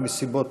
הצעת